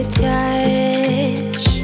touch